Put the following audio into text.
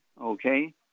okay